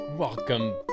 Welcome